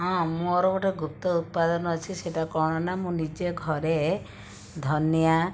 ହଁ ମୋର ଗୋଟେ ଗୁପ୍ତ ଉତ୍ପାଦନ ଅଛି ସେଇଟା କ'ଣ ନା ମୁଁ ନିଜେ ଘରେ ଧନିଆ